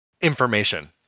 information